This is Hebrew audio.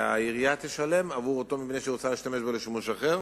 שהעירייה תשלם עבור אותו מבנה שהיא רוצה להשתמש בו לשימוש אחר.